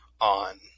on